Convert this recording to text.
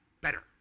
Better